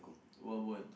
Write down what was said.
wild boar